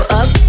up